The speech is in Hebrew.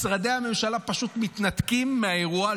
משרדי הממשלה פשוט מתנתקים מהאירוע,